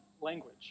language